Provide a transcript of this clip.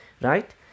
Right